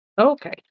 Okay